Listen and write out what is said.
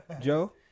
Joe